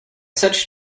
such